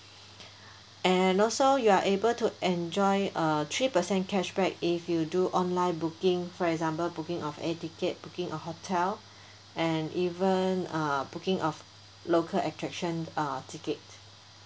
and also you are able to enjoy uh three percent cash back if you do online booking for example booking of air ticket booking a hotel and even uh booking of local attraction uh ticket